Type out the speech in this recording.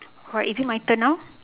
alright is it my turn now